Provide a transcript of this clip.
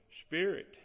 Spirit